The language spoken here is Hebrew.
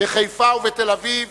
בחיפה ובתל-אביב,